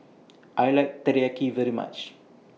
I like Teriyaki very much